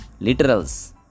literals